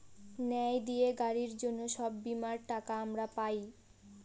ন্যায় দিয়ে গাড়ির জন্য সব বীমার টাকা আমরা পাই